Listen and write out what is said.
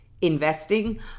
investing